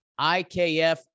IKF